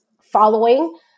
following